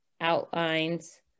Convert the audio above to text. outlines